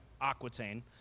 Aquitaine